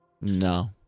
No